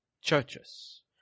churches